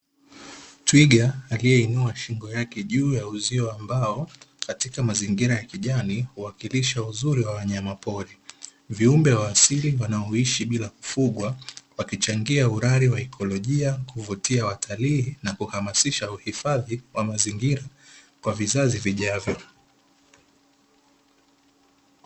Twiga aliyeinua shingo yake juu ya uzio wa mbao katika mazingira ya kijani kuwakilisha uzuri wa wanyama pori, viumbe wa asili wanaoishi bila kufugwa wakichangia uhai wa ikolojia wa kuvutia watalii, na kuhamasisha uhifadhi wa wa mazingira kwa vizazi vijavyo.